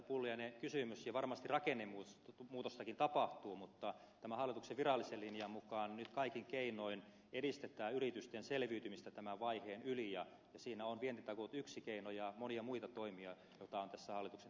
pulliainen kysymys ja varmasti rakennemuutostakin tapahtuu mutta tämän hallituksen virallisen linjan mukaan nyt kaikin keinoin edistetään yritysten selviytymistä tämän vaiheen yli ja siinä on vientitakuut yksi keino ja monia muita toimia joita on tässä hallituksen työkalupakissa